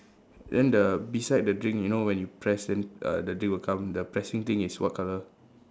then the beside the drink you know when you press then uh the drink will come the pressing thing is what colour